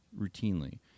routinely